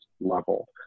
level